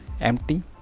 empty